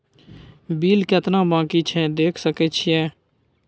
Bill केतना बाँकी छै देख सके छियै?